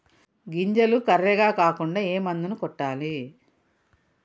గింజలు కర్రెగ కాకుండా ఏ మందును కొట్టాలి?